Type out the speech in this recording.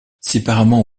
séparément